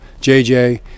JJ